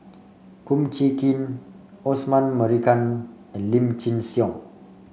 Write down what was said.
Kum Chee Kin Osman Merican and Lim Chin Siong